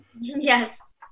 Yes